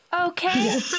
Okay